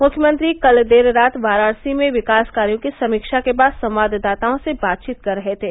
मुख्यमंत्री कल देर रात वाराणसी में विकास कार्यों की समीक्षा के बाद संवाददाताओं से बातचीत कर रहे थे